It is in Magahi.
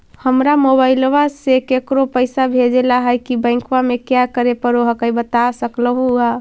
हमरा मोबाइलवा से केकरो पैसा भेजे ला की बैंकवा में क्या करे परो हकाई बता सकलुहा?